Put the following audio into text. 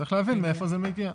צריך להבין מאיפה זה מגיע.